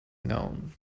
known